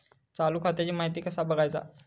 चालू खात्याची माहिती कसा बगायचा?